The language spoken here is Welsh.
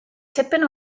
tipyn